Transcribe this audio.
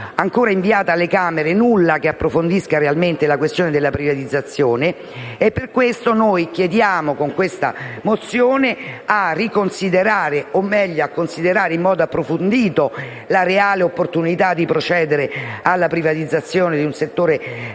ancora inviato alle Camere nulla che approfondisca realmente la questione della privatizzazione e per questo, con questa mozione, chiediamo di considerare in modo approfondito la reale opportunità di procedere alla privatizzazione di un settore tanto